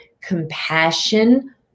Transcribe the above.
compassion